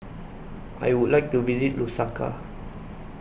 I Would like to visit Lusaka